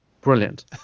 Brilliant